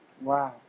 Wow